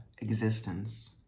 existence